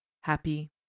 happy